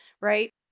right